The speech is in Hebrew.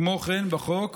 כמו כן, בחוק